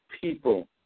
people